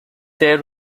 there